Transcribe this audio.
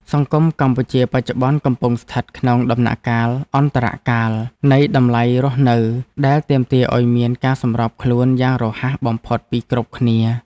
សង្គមកម្ពុជាបច្ចុប្បន្នកំពុងស្ថិតក្នុងដំណាក់កាលអន្តរកាលនៃតម្លៃរស់នៅ ដែលទាមទារឱ្យមានការសម្របខ្លួនយ៉ាងរហ័សបំផុតពីគ្រប់គ្នា។